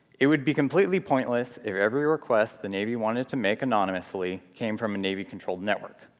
it would be completely pointless if every request the navy wanted to make anonymously came from a navy controlled network.